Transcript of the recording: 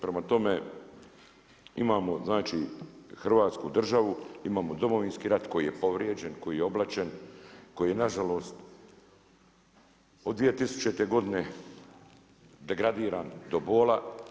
Prema tome, imamo znači Hrvatsku državu, imamo Domovinski rat koji je povrijeđen, koji je oblačen, koji je na žalost od 2000. godine degradiran do bola.